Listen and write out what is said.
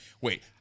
wait